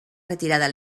retirada